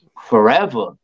forever